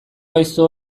gaizto